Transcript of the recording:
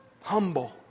humble